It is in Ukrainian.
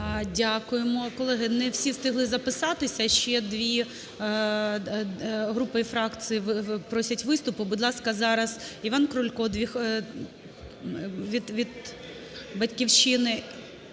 Дякуємо. Колеги, не всі встигли записатися. Ще дві групи і фракції просять виступ. Будь ласка, зараз Іван Крулько від "Батьківщини".